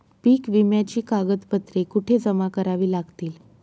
पीक विम्याची कागदपत्रे कुठे जमा करावी लागतील?